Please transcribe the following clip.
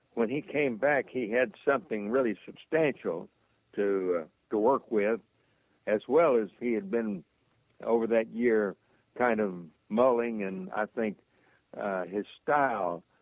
when he came back he had something really substantial to to work with as well as he had been over that year kind of molding and i think his style